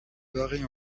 varient